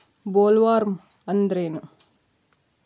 Bollworm ಅಂದ್ರೇನು?